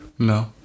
No